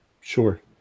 sure